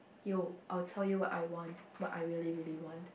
yo I tell you what I want what I really really want